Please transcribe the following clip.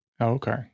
Okay